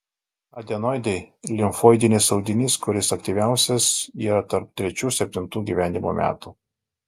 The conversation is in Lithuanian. adenoidai limfoidinis audinys kuris aktyviausias yra tarp trečių septintų gyvenimo metų